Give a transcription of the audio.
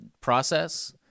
process